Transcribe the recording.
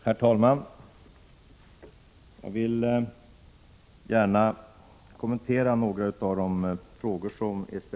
Prot. 1986/87:133 Herr talman! Jag vill gärna kommentera några av de frågor som ställts.